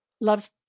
loves